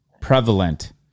prevalent